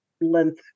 length